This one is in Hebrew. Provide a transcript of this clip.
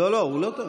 לא, הוא לא טועה.